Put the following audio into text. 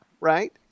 right